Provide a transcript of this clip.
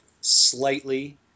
slightly